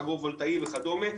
אגרו וולטאי וכדומה,